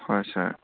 হয় ছাৰ